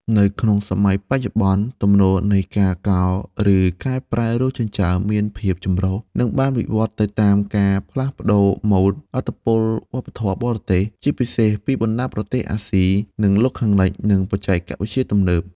នៅក្នុងសម័យបច្ចុប្បន្ន ទំនោរនៃការកោរ ឬកែប្រែរោមចិញ្ចើមមានភាពចម្រុះ និងបានវិវត្តន៍ទៅតាមការផ្លាស់ប្តូរម៉ូដ ឥទ្ធិពលវប្បធម៌បរទេស (ជាពិសេសពីបណ្តាប្រទេសអាស៊ី និងលោកខាងលិច) និងបច្ចេកវិទ្យាទំនើប។